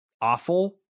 awful